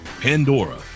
Pandora